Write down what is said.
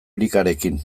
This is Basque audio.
erikarekin